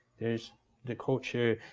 there's the culture.